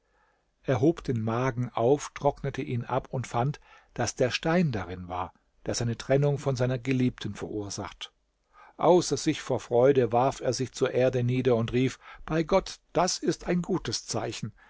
hob den magen auf trocknete ihn ab und fand daß der stein darin war der seine trennung von seiner geliebten verursacht außer sich vor freude warf er sich zur erde nieder und rief bei gott das ist ein gutes zeichen